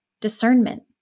discernment